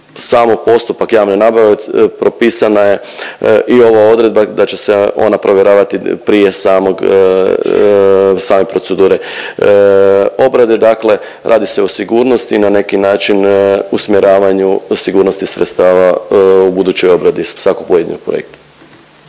samo postupak javne nabave propisana je i ova odredba da će se ona provjeravati prije samog, same procedure obrade dakle radi se o sigurnosti, na neki način usmjeravanju sigurnosti sredstava u budućoj obradi svakog pojedinog projekta.